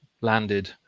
landed